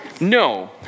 No